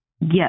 Yes